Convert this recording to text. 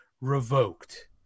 revoked